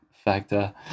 Factor